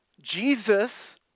Jesus